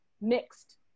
mixed